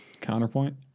Counterpoint